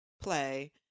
play